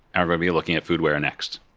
ah we're but we're looking at foodware next.